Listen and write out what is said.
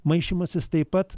maišymasis taip pat